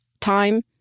time